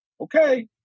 okay